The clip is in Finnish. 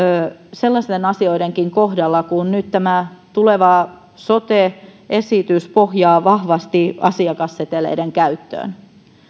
sellaistenkin asioiden kohdalla kuin sen että nyt tämä tuleva sote esitys pohjaa vahvasti asiakasseteleiden käyttöön